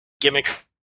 Gimmick